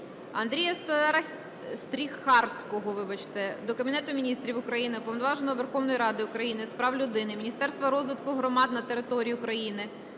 Андрія Стріхарського до Кабінету Міністрів України, Уповноваженого Верховної Ради України з прав людини, Міністерства розвитку громад та територій України,